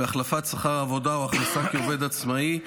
והחלפת שכר העבודה או הכנסה כעובד עצמאי,